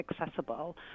accessible